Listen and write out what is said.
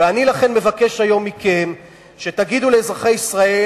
ולכן אני מבקש מכם היום שתגידו לאזרחי ישראל